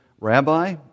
Rabbi